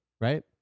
right